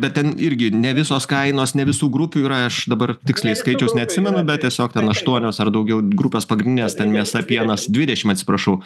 bet ten irgi ne visos kainos ne visų grupių yra aš dabar tiksliai skaičiaus neatsimenu bet tiesiog ten aštuonios ar daugiau grupės pagrindinės ten mėsa pienas dvidešimt atsiprašau